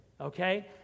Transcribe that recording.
Okay